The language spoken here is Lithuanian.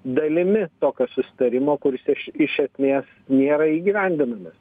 dalimi tokio susitarimo kuris iš iš esmės nėra įgyvendinames